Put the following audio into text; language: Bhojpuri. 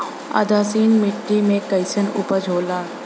उदासीन मिट्टी में कईसन उपज होला?